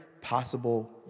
possible